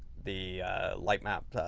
the lightmap